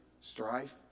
strife